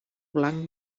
blanc